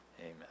Amen